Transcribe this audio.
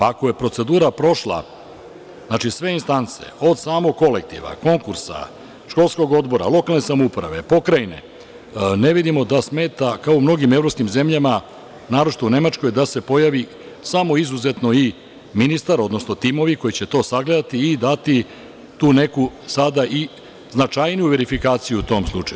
Ako je procedura prošla sve istance, od samog kolektiva, konkursa, školskog odbora, lokalne samouprave, pokrajine, ne vidimo da smeta kao u mnogim evropskim zemljama, naročito u Nemačkoj da se pojavi samo izuzetno i ministar, odnosno timovi koji će to sagledati i dati tu neku sada i značajniju verifikaciju tom slučaju.